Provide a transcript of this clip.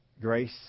grace